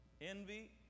Envy